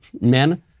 Men